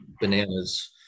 bananas